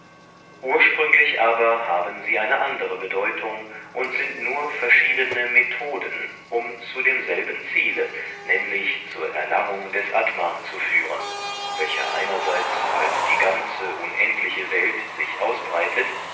ursprünglich aber haben sie eine andere bedeutung und sind nur verschiedene methoden um zu demselben ziele nämlich zur erlangung des atman zu führen welcher einerseits als die ganze unendliche welt sich ausbreitet